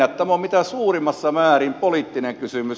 tämä on mitä suurimmissa määrin poliittinen kysymys